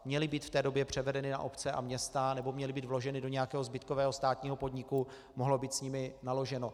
Měly být v té době převedeny na obce a města nebo měly být vloženy do nějakého zbytkového státního podniku, mohlo být s nimi naloženo.